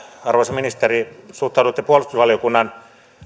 arvoisa ministeri suhtauduitte puolustusvaliokunnan